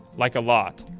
like, a lot.